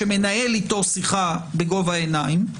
שמנהל איתו שיחה בגובה העיניים,